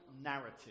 narrative